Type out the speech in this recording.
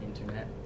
internet